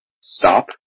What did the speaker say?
stop